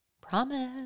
promise